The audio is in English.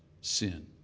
sin